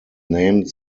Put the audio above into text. named